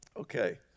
Okay